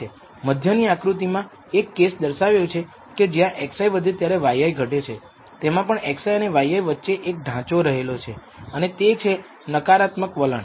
મધ્યની આકૃતિમાં એક કેસ દર્શાવ્યો છે કે જ્યાં xi વધે ત્યારે yi ઘટે છે તેમાં પણ xi અને yi વચ્ચે એક ઢાંચો રહેલો છે અને તે છે નકારાત્મક વલણ